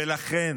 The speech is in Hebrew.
ולכן